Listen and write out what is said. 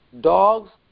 dogs